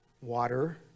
water